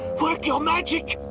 work your magic.